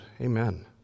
Amen